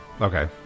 Okay